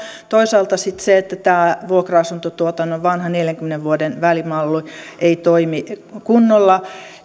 toisaalta sitten se että vuokra asuntotuotannon vanha neljänkymmenen vuoden malli ei toimi kunnolla